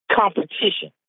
competition